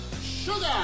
Sugar